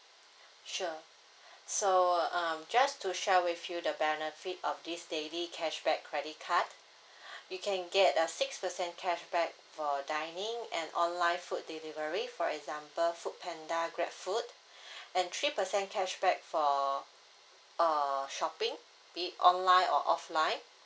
sure so um just to share with you the benefit of this daily cashback credit card you can get a six percent cashback for dining and online food delivery for example FoodPanda GrabFood and three percent cashback for uh shopping be it online or offline